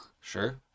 Sure